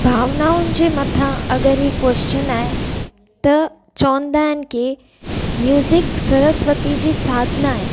भावनाउंनि जे मथां अगरि हीअ कोशचन आहे त चवंदा आहिनि की म्यूज़िक सरस्वती जी साधना आहिनि